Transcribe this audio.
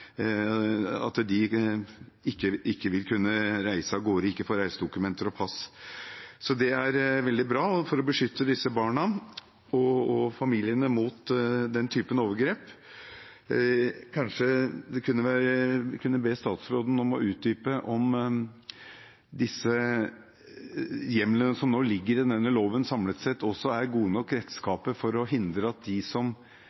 reise av gårde. Det er veldig bra for å beskytte disse barna og familiene mot den typen overgrep. Man kunne kanskje be statsråden om å utdype om hjemlene som nå ligger i denne loven, samlet sett er gode nok redskaper – apropos nyhetssaken som